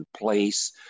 place